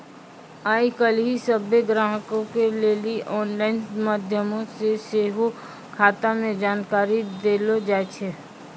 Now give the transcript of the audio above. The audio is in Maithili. आइ काल्हि सभ्भे ग्राहको के लेली आनलाइन माध्यमो से सेहो खाता के जानकारी देलो जाय छै